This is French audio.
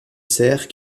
cerfs